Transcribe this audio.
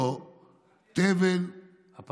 אבל אני מדבר על פרעה מכיוון אחר.